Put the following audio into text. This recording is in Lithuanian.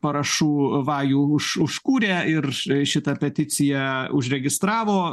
parašų vajų už užkūrė ir šitą peticiją užregistravo